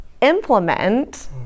implement